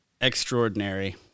extraordinary